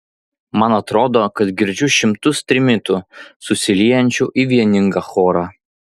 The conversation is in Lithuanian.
man atrodo kad girdžiu šimtus trimitų susiliejančių į vieningą chorą